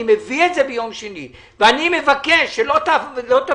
אני מביא את זה ביום שני ואני מבקש שלא תביאו